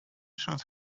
should